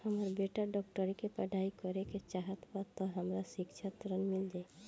हमर बेटा डाक्टरी के पढ़ाई करेके चाहत बा त हमरा शिक्षा ऋण मिल जाई?